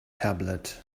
tablet